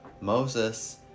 Moses